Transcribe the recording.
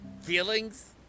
Feelings